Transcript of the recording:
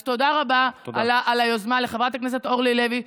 אז תודה רבה על היוזמה לחברת הכנסת אורלי לוי,